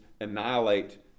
annihilate